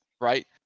right